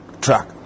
track